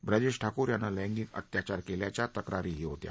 ब्रजेश ठाकूर यानं लैंगिक अत्याचार केल्याच्या तक्रारीही होत्या